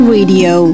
Radio